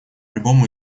любому